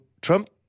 Trump